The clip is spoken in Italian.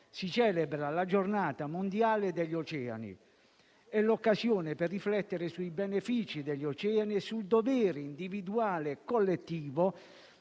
si celebra la Giornata mondiale degli oceani. È l'occasione per riflettere sui benefici degli oceani e sul dovere individuale e collettivo